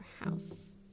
house